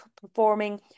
performing